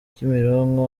kimironko